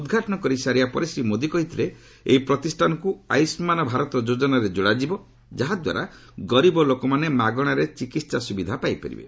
ଉଦ୍ଘାଟନ କରି ସାରିବା ପରେ ଶ୍ରୀ ମୋଦି କହିଥିଲେ ଏହି ପ୍ରତିଷ୍ଠାନକୁ ଆୟୁଷ୍କାନ୍ ଭାରତ ଯୋଜନାରେ ଯୋଡ଼ାଯିବ ଯାହାଦ୍ୱାରା ଗରିବ ଲୋକମାନେ ମାଗଣାରେ ଚିକିତ୍ସା ସୁବିଧା ପାଇପାରିବେ